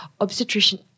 obstetrician